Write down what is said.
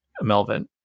Melvin